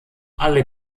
alle